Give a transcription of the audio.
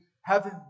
heaven